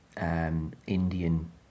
Indian